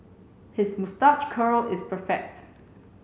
his moustache curl is perfect